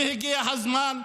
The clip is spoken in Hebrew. והגיע הזמן,